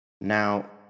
Now